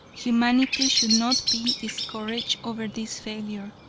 humanity should not be discouraged over this failure,